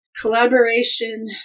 Collaboration